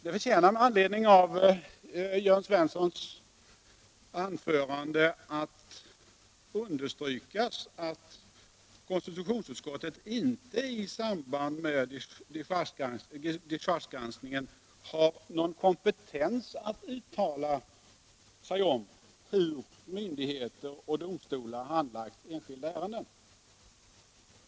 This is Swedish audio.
Det förtjänar med anledning av Jörn Svenssons anförande att understrykas, att konstitutionsutskottet inte i samband med dechargegranskningen har någon kompetens att uttala sig om hur myndigheter och domstolar handlagt enskilda ärenden.